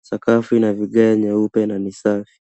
Sakafu ina vigae nyeupe na ni safi.